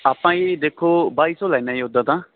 ਆਪਾਂ ਜੀ ਦੇਖੋ ਬਾਈ ਸੌ ਲੈਂਦੇ ਹਾਂ ਜੀ ਉੱਦਾਂ ਤਾਂ